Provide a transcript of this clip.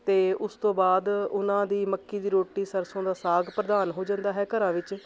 ਅਤੇ ਉਸ ਤੋਂ ਬਾਅਦ ਉਹਨਾਂ ਦੀ ਮੱਕੀ ਦੀ ਰੋਟੀ ਸਰਸੋਂ ਦਾ ਸਾਗ ਪ੍ਰਧਾਨ ਹੋ ਜਾਂਦਾ ਹੈ ਘਰਾਂ ਵਿੱਚ